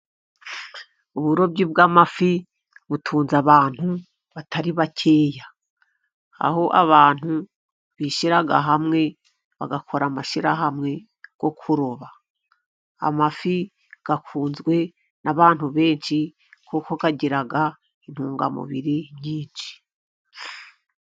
Uburobyi bw'amafi butunze abantu batari bakeya, aho abantu bishyira hamwe bagakora amashyirahamwe yo kuroba amafi, akunzwe n'abantu benshi kuko agira intungamubiri nyinshi.